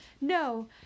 No